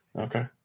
Okay